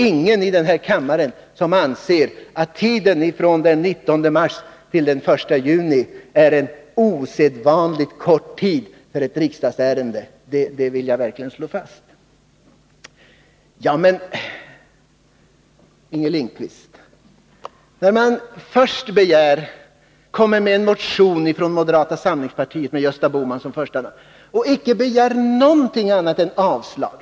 Ingen i denna kammare anser att tiden från den 19 mars till den 1 juni är en osedvanligt kort tid för ett riksdagsärende. Det vill jag verkligen slå fast. I motionen från moderata samlingspartiet med Gösta Bohman som första namn begärde man inte någonting annat än avslag.